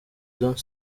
don’t